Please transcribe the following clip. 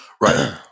Right